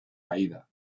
aída